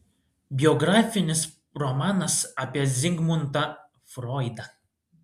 biografinis romanas apie zigmundą froidą